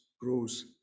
grows